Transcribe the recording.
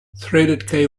threaded